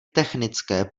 technické